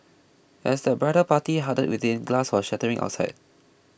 as the bridal party huddled within glass was shattering outside